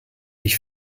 ich